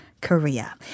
Korea